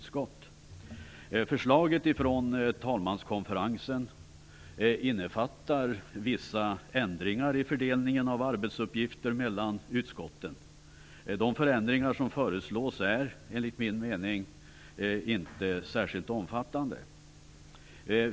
Förslaget från talmanskonferensen innefattar vissa ändringar i fördelningen av arbetsuppgifter mellan utskotten. De förändringar som föreslås är enligt min mening inte särskilt omfattande.